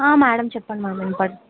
madam చెప్పండి madam వినపడుతూ